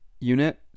unit